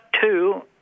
two